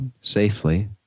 safely